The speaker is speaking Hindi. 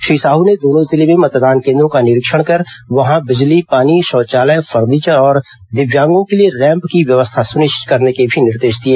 श्री साहू ने दोनों जिलों में मतदान केन्द्रों का निरीक्षण कर वहां बिजली पानी शौचालय फर्नीचर और दिव्यांगों के लिए रैम्प की व्यवस्था सुनिश्चित करने के निर्देश भी दिए